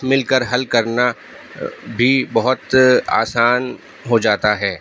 مل کر حل کرنا بھی بہت آسان ہو جاتا ہے